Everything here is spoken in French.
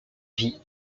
vie